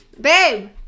babe